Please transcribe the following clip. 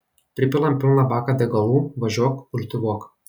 pripilam pilną baką degalų važiuok kultivuok